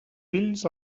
fills